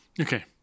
Okay